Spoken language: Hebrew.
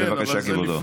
בבקשה, כבודו.